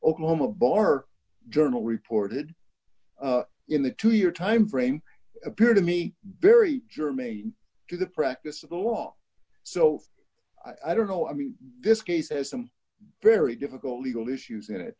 oklahoma bar journal reported in the two year time frame appear to me very germane to the practice of the law so i don't know i mean this case has some very difficult legal issues in it